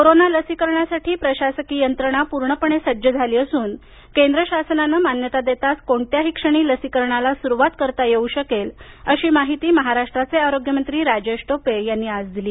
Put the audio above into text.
corona लसीकरणासाठी प्रशासकीय यंत्रणा पूर्णपणे सज्ज झाली असून केंद्र शासनानं मान्यता देताच कोणत्याही क्षणी लसीकरणाला सुरुवात करता येऊ शकेल अशी माहिती महाराष्ट्राचे आरोग्यमंत्री राजेश टोपे यांनी आज दिली